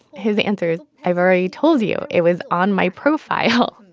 his answer is, i've already told you. it was on my profile.